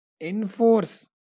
enforce